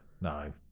No